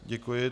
Děkuji.